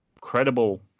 credible